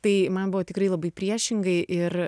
tai man buvo tikrai labai priešingai ir